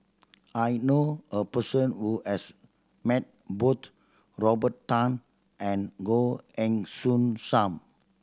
I know a person who has met both Robert Tan and Goh Heng Soon Sam